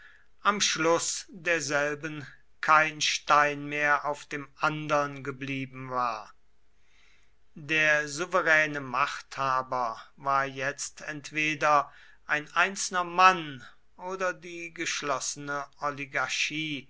am schluß derselben kein stein mehr auf dem andern geblieben war der souveräne machthaber war jetzt entweder ein einzelner mann oder die geschlossene